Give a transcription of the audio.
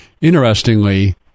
Interestingly